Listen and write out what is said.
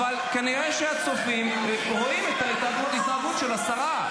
אבל כנראה שהצופים רואים את ההתנהגות של השרה.